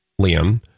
Liam